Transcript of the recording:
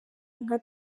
nka